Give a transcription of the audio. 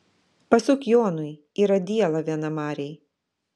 pasuk jonui yra diela viena marėj